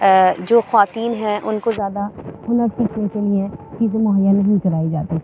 جو خواتین ہیں ان کو زیادہ ہنر سیکھنے کے لئے چیزیں مہیا نہیں کرائی جاتی تھیں